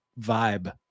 vibe